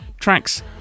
tracks